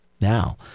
Now